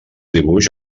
dibuix